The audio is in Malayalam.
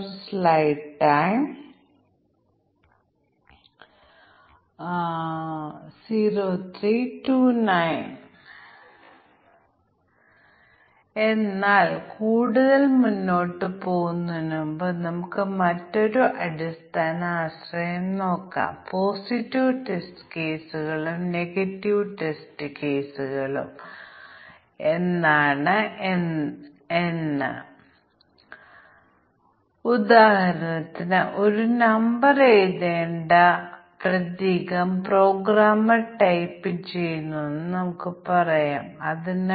ഇവിടെ ഒരു പരിചയസമ്പന്നനായ പ്രോഗ്രാമർ പറയും അധിവർഷങ്ങൾ കണക്കിലെടുത്തിട്ടുണ്ടെന്ന് കാരണം ഇത്തരത്തിലുള്ള പ്രോഗ്രാമിംഗ് ചെയ്യുമ്പോൾ തീയതി ഒരു നമ്പറാക്കി മാറ്റേണ്ടിവരുമെന്ന് ടെസ്റ്ററിന് അറിയാം തുടർന്ന് ചില അൽഗോരിതം ഉപയോഗിച്ച് ദിവസം എന്താണെന്ന് പരിശോധിക്കേണ്ടതുണ്ട് അതിനു വേണ്ടി